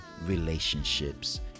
relationships